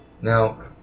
Now